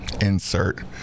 Insert